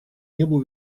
небу